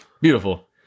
Beautiful